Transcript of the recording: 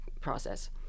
process